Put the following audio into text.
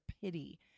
pity